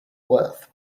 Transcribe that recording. worth